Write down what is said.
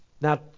Now